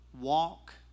walk